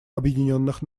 объединенных